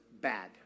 bad